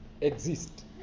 exist